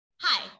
Hi